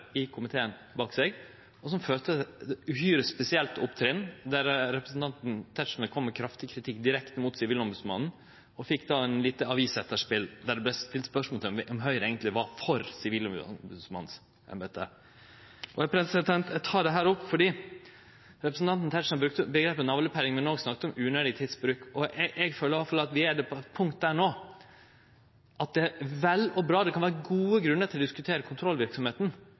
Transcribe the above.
høyringa komiteen gjennomførte, om Sivilombodsmannens rolle, ei høyring som altså hadde eit breitt fleirtal – bortsett frå Høgre – bak seg, og som førte til eit uhyre spesielt opptrinn, der representanten Tetzschner kom med kraftig kritikk direkte mot Sivilombodsmannen. Det fekk eit lite avis-etterspel, der det vart stilt spørsmål ved om Høgre eigentleg var for sivilombodsmannsembetet. Eg tek opp dette fordi representanten Tetzschner brukte omgrepet «navlepilleri», men han snakka òg om unødvendig tidsbruk. Eg føler iallfall at vi er på eit punkt no at det er vel og bra, det kan vere gode grunnar til å diskutere